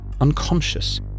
unconscious